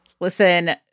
Listen